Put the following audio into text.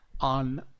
on